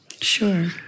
Sure